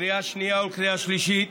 לקריאה שנייה ולקריאה שלישית